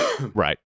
right